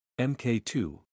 MK2